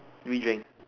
free drink